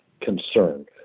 concern